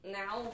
now